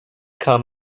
come